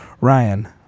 Ryan